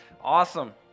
Awesome